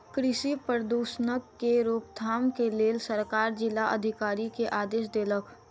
कृषि प्रदूषणक के रोकथाम के लेल सरकार जिला अधिकारी के आदेश देलक